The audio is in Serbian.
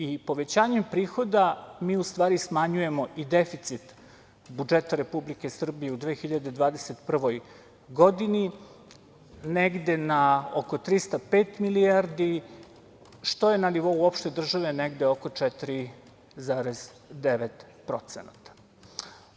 I povećanjem prihoda, mi u stvari smanjujemo i deficit budžeta Republike Srbije u 2021. godini, negde na oko 305 milijardi, što je na nivou uopšte države negde oko 4,9%